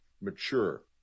mature